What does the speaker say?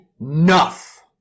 enough